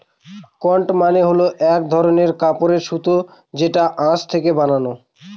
cotton মানে হল এক ধরনের কাপড়ের আঁশ যেটা সুতো থেকে বানানো